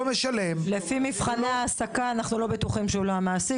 לפי מבחני העסקה אנחנו לא בטוחים שהוא לא המעסיק.